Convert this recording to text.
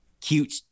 cute